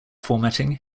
formatting